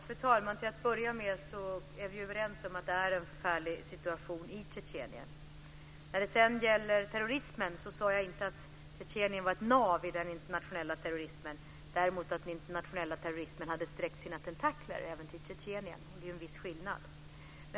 Fru talman! Till att börja med är vi överens om att det är en förfärlig situation i Tjetjenien. När det sedan gäller terrorismen sade jag inte att Tjetjenien är ett nav i den internationella terrorismen. Jag sade däremot att den internationella terrorismen har sträckt sina tentakler även till Tjetjenien. Det är en viss skillnad.